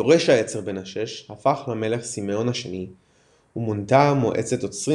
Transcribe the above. יורש העצר בן ה-6 הפך למלך סימאון השני ומונתה מועצת עוצרים